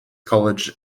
college